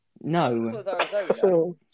No